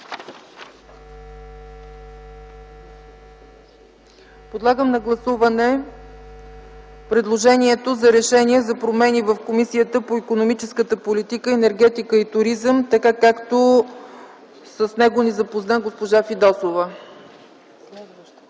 Подлагам на гласуване предложението за решение за промени в Комисията по икономическата политика, енергетика и туризъм, така както с него ни запозна госпожа Фидосова.